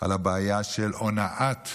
על הבעיה של הונאה,